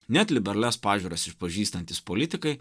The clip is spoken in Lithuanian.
net liberalias pažiūras išpažįstantys politikai